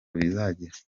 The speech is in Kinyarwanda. bizagira